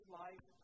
life